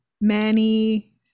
Manny